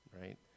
right